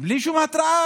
בלי שום התראה.